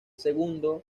segundo